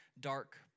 dark